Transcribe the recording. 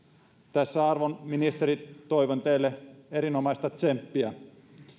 tässä arvon ministerit toivon teille erinomaista tsemppiä